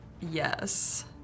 Yes